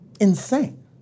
insane